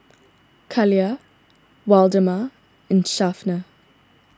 Kaila Waldemar and Shafter